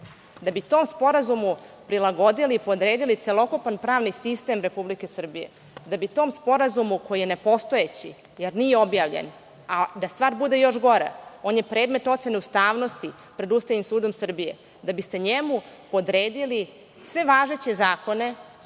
da bi tom sporazumu prilagodili i podredili celokupan pravni sistem Republike Srbije, da bi tom sporazumu koji je nepostojeći, jer nije objavljen. Da stvar bude još gora on je predmet ocene ustavnosti pred Ustavnim sudom Srbije. Da biste njemu podredili sve važeće zakone